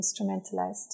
instrumentalized